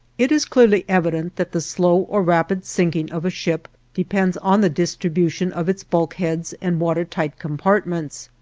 it is clearly evident that the slow or rapid sinking of a ship depends on the distribution of its bulkheads and water-tight compartments.